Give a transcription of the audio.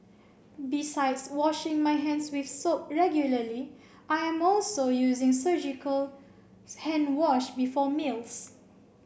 besides washing my hands with soap regularly I am also using surgical hand wash before meals